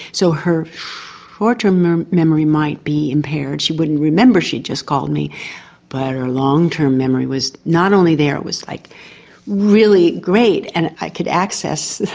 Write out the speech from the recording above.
so her short term memory might be impaired, she wouldn't remember that she'd just called me but her long term memory was not only there it was like really great and i could access,